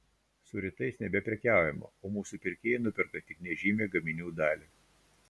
su rytais nebeprekiaujama o mūsų pirkėjai nuperka tik nežymią gaminių dalį